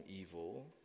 evil